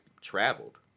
traveled